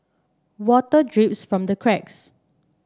water drips from the cracks